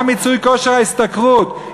גם מיצוי כושר ההשתכרות,